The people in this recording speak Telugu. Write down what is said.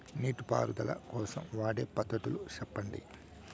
నీటి పారుదల కోసం వాడే పద్ధతులు సెప్పండి?